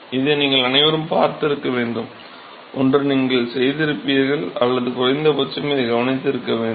இதை நீங்கள் அனைவரும் பார்த்திருக்க வேண்டும் ஒன்று நீங்களே செய்திருக்கிறீர்கள் அல்லது குறைந்தபட்சம் இதைக் கவனித்திருக்க வேண்டும்